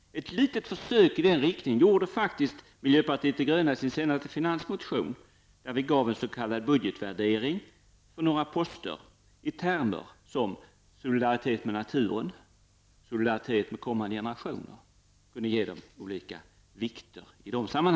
Ett litet försök i den riktningen gjorde faktiskt miljöpartiet de gröna i sin senaste finansmotion, där vi gav en s.k. budgetvärdering för några poster i termer som solidaritet med naturen och solidaritet med kommande generationer, för vi ger dem olika vikter. Herr talman!